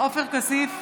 עופר כסיף,